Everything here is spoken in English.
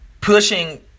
pushing